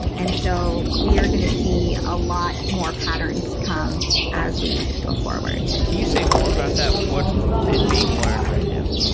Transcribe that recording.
and so we are going to see a lot more patterns come as we go forward can you say more about that? what is being learned right now?